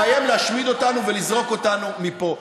שמאיים להשמיד אותנו ולזרוק אותנו מפה.